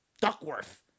Duckworth